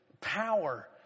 power